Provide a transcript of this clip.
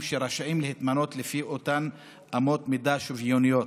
שרשאים להתמנות לפי אותן אמות מידה שוויוניות.